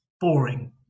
boring